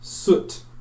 Soot